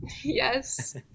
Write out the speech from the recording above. Yes